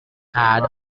add